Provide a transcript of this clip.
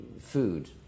food